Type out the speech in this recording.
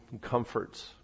comforts